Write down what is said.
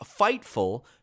Fightful